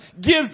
gives